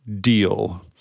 deal